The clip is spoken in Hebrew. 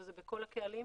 וזה בכל הקהלים,